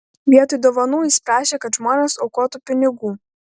vietoj dovanų jis prašė kad žmonės aukotų pinigų